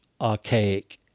archaic